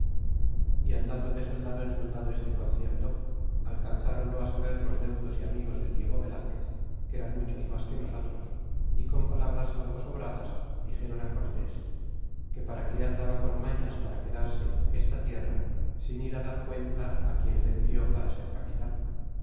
y andando de soldado en soldado este concierto alcanzronlo saber los deudos y amigos del diego velazquez que eran muchos mas que nosotros y con palabras algo sobradas dixéron cortés que para qué andaba con mañas para quedarse en aquesta tierra sin ir á dar cuenta quien le en vió para ser capita